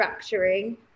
structuring